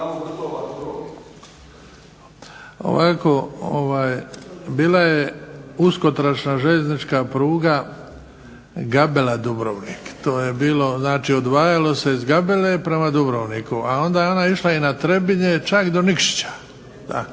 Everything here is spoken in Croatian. Bila je uskotračna željeznička pruga Gabela-Dubrovnik, to je bilo znači odvajalo se iz Gabele prema Dubrovniku, a onda je ona išla na Trebinje čak do Nikšića,